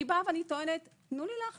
אני טוענת: תנו לי להחליט,